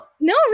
No